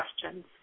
questions